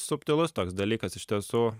subtilus toks dalykas iš tiesų